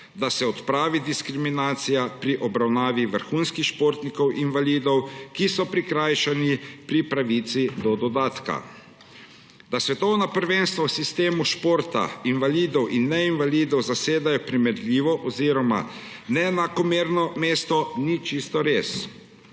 da se odpravi diskriminacija pri obravnavi vrhunskih športnikov invalidov, ki so prikrajšani pri pravici do dodatka. Da svetovna prvenstva v sistemu športa invalidov in neinvalidov zasedajo primerljivo oziroma neenakomerno mesto, ni čisto res.